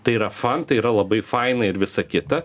tai yra fun tai yra labai faina ir visa kita